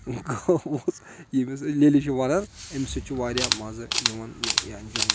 ووٚژھ ییٚمِس اسۍ لیٚلہِ چھِ وَنان أمِس سۭتۍ چھُ واریاہ مَزٕ یِوان یہِ اؠنجاے کَرَان